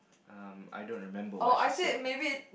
um I don't remember what she said